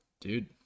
dude